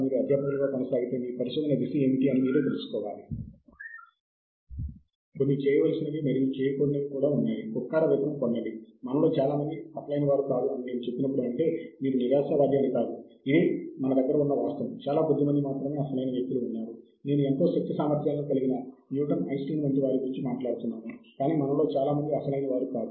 ఆపై American physical society American institute of physics మొదలైన వివిధ సమాజాలు ప్రచురించే పత్రికలు పెద్ద సంఖ్యలో ఉంటాయి